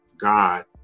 God